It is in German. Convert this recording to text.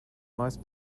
meist